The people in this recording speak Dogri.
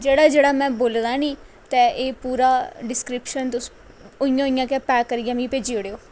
जेह्ड़ा जेह्ड़ा में बोले दा नी ते एह् पूरा डिसक्रिपश्न तुस उ'यां उ'यां पैक करियै मिगी भेजी औड़ेओ